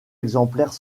exemplaires